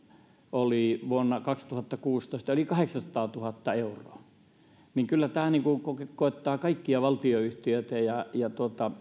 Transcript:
oli vuonna kaksituhattakuusitoista yli kahdeksansataatuhatta euroa kyllä tämä koskettaa kaikkia valtionyhtiöitä ja ja